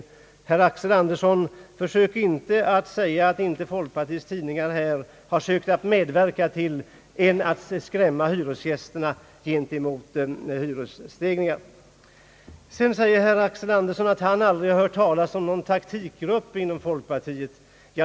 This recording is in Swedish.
Försök inte, herr Axel Andersson, att säga att folkpartiets tidningar inte har sökt medverka till att skrämma hyresgästerna för hyresstegringar. Herr Axel Andersson säger också att han aldrig hört talas om någon taktiksrupp inom folkpartiet.